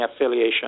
affiliation